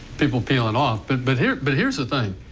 people peeling off, but but here, but here is the thing.